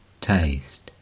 taste